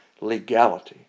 legality